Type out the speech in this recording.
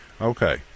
Okay